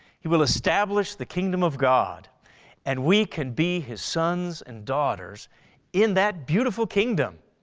he will establish the kingdom of god and we can be his sons and daughters in that beautiful kingdom.